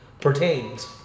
pertains